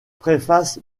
préface